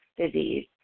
disease